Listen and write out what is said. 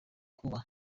kuba